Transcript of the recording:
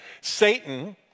Satan